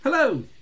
Hello